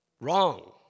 wrong